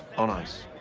on ice.